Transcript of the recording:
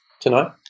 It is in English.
Tonight